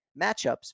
matchups